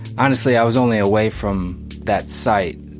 honestly, i was only away from that site,